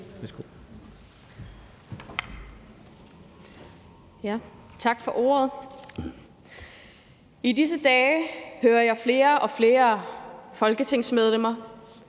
Tak for ordet. I disse dage hører jeg flere og flere folketingsmedlemmer,